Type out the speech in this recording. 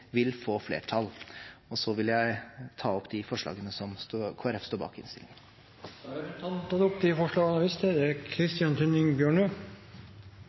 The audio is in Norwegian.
vil få flertall. Så vil jeg ta opp de forslagene i innstillingen som Kristelig Folkeparti er en del av. Representanten Anders Tyvand har tatt opp de forslagene han refererte til. Hver eneste dag letter og lander det